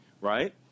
Right